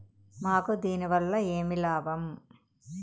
మాకు దీనివల్ల ఏమి లాభం